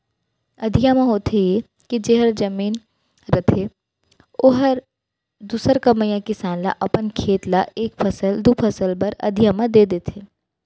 अधिया म होथे ये के जेखर जमीन रथे ओहर दूसर कमइया किसान ल अपन खेत ल एक फसल, दू फसल बर अधिया म दे देथे